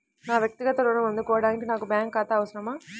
నా వక్తిగత ఋణం అందుకోడానికి నాకు బ్యాంక్ ఖాతా అవసరమా?